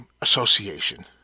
Association